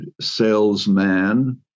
salesman